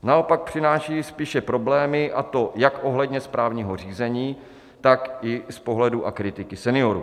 Naopak přináší spíše problémy, a to jak ohledně správního řízení, tak i z pohledu a kritiky seniorů.